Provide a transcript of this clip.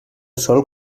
sòl